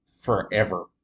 forever